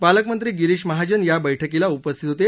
पालकमंत्री गिरीश महाजन या बैठकीला उपस्थितीत होते